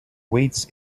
waits